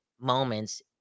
moments